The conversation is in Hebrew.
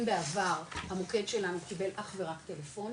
אם בעבר המוקד שלנו קיבל אך ורק טלפונים,